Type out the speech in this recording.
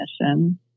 mission